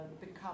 Become